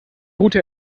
route